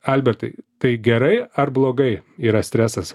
albertai tai gerai ar blogai yra stresas